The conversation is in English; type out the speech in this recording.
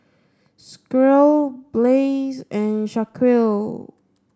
Squire Blaise and Shaquille